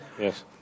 Yes